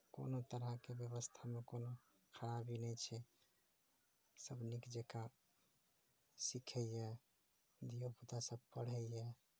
कोनो तरहके व्यवस्थामे कोनो खराबी नहि छै सब नीक जेकाँ सीखैया धियोपूता सब पढैया